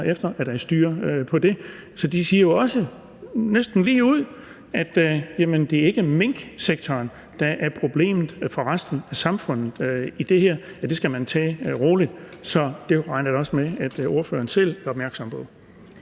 med at der er styr på det. De siger jo også – næsten lige ud – at det ikke er minksektoren, der er problemet for resten af samfundet i det her tilfælde, at det skal man tage roligt, så det regner jeg da også med at ordføreren selv er opmærksom på.